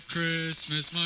Christmas